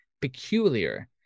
peculiar